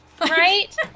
right